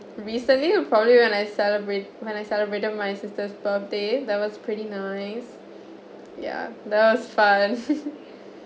recently probably when I celebrate when I celebrated my sister's birthday that was pretty nice yeah that was fun